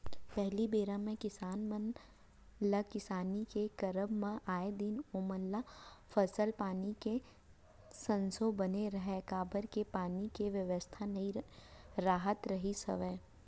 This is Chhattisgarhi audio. पहिली बेरा म किसान मन ल किसानी के करब म आए दिन ओमन ल फसल पानी के संसो बने रहय काबर के पानी के बेवस्था नइ राहत रिहिस हवय